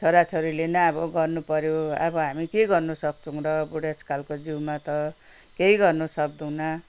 छोराछोरीले नै अब गर्नुपर्यो अब हामी के गर्न सक्छौँ र बुढेसकालको जिउमा त केही गर्न सक्दैनौँ